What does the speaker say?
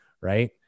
Right